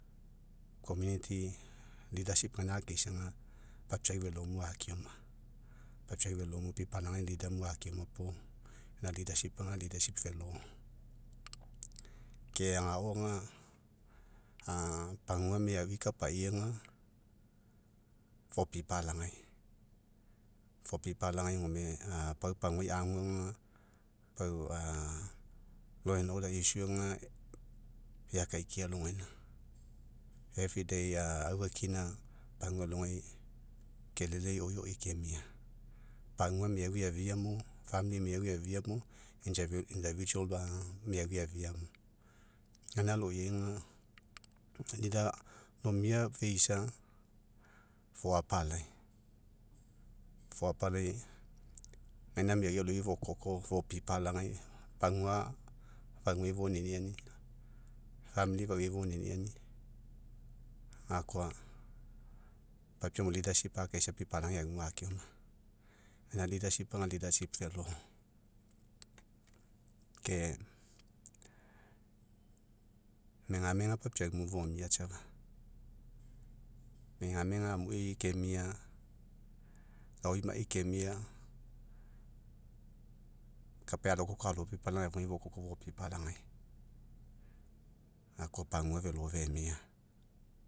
gaina akeisa ga, papiau velomu akeoma, papiau velomu, pipalagau lidamu akeoma, puo, ga ga velo. Ke agao ga, pagua meaui ikapai aga fopipalagai, fopipalagai gome pau paguai agu aga, pau a aga eakaikia alogaina a afakina, pagua alogai, kelele ioioi kemia. Pagua miau eafiamo, miau eafiamo, miau eafiamo. Gauna aloiai ga lomia feisa, foapalai, foapalai gaina miaui aloiai fokoko, fopipalagai, pagua faugai foninanin fauai foniniani, gakoa papiau emiu akeisa, pipalagai aumu akeoma. Gaina velo. Ke megamega papiaumu fomia safa. Megamega amui kemia, laoimai'i kemia, kapai alokoko, alo pipalagai afugai fokoko fopipalagai. Gakoa pagua velo femia.